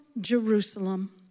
Jerusalem